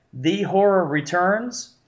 thehorrorreturns